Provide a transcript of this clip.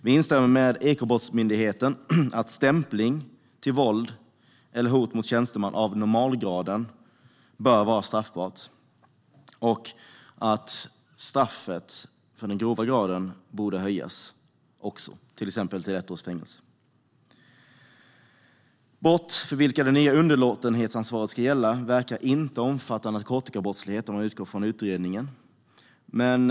Vi instämmer med Ekobrottsmyndigheten att stämpling till våld eller hot mot tjänsteman av normalgraden bör vara straffbart. Straffet för den grova gradens brott borde också höjas, exempelvis till ett års fängelse. Brott för vilka det nya underlåtenhetsansvaret ska gälla verkar inte omfatta narkotikabrottslighet, om jag utgår från utredningen.